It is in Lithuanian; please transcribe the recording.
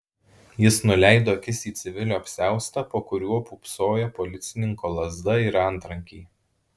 jis nuleido akis į civilio apsiaustą po kuriuo pūpsojo policininko lazda ir antrankiai